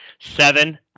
Seven